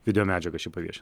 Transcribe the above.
video medžiaga ši pavieši